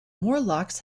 morlocks